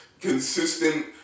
consistent